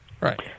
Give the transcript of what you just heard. Right